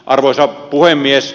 arvoisa puhemies